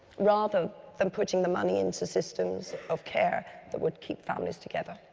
rather than putting the money into systems of care that would keep families together.